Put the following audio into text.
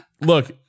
Look